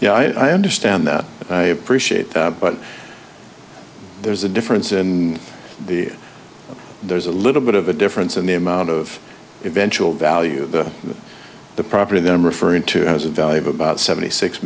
yeah i understand that and i appreciate that but there's a difference in the there's a little bit of a difference in the amount of eventually value that the property that i'm referring to has a value of about seventy six